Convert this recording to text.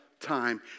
time